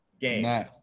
game